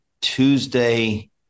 Tuesday